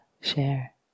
share